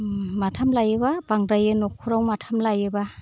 माथाम लायोबा बांद्रायो नखराव माथाम लायोबा